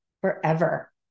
forever